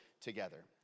together